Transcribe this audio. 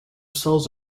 cells